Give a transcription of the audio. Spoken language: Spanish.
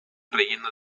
relleno